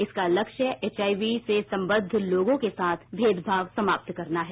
इसका लक्ष्य एचआईवी से संबद्ध लोगों के साथ भेदभाव समाप्त करना है